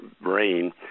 brain